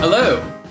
Hello